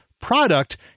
product